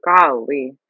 Golly